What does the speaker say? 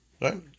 Right